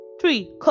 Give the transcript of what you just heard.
three